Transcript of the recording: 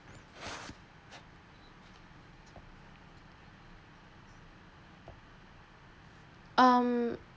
um